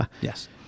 Yes